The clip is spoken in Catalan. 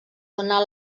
donar